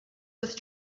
with